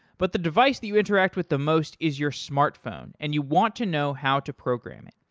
but the device that you interact with the most is your smartphone and you want to know how to program it.